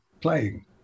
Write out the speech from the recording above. playing